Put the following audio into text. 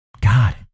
God